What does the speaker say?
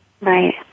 Right